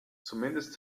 zumindest